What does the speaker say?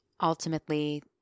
Ultimately